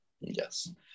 Yes